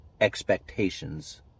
expectations